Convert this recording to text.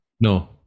No